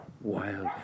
wild